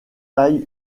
taille